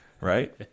right